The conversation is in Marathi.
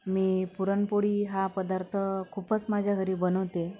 मी पुरणपोळी हा पदार्थ खूपच माझ्या घरी बनवते